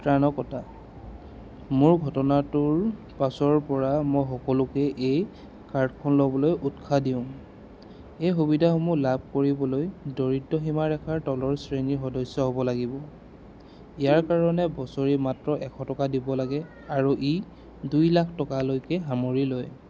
ত্ৰাণকৰ্তা মোৰ ঘটনাটোৰ পাছৰ পৰা মই সকলোকে এই কাৰ্ডখন ল'বলৈ উৎসাহ দিওঁ এই সুবিধাসমূহ লাভ কৰিবলৈ দৰিদ্ৰ সীমাৰেখাৰ তলৰ শ্ৰেণীৰ সদস্য হ'ব লাগিব ইয়াৰ কাৰণে বছৰি মাত্ৰ এশ টকা দিব লাগে আৰু ই দুই লাখ টকালৈকে সামৰি লয়